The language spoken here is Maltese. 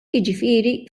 jiġifieri